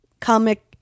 comic